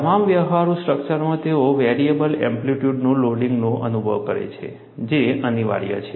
તમામ વ્યવહારુ સ્ટ્રકચરમાં તેઓ વેરિયેબલ એમ્પ્લીટ્યુડ લોડિંગનો અનુભવ કરે છે જે અનિવાર્ય છે